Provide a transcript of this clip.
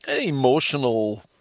emotional